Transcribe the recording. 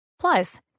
Plus